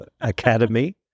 academy